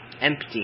empty